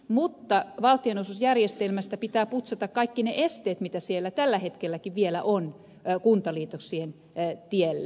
mutta valtionosuusjärjestelmästä pitää putsata kaikki ne esteet mitä siellä tällä hetkelläkin vielä on kuntaliitoksien tiellä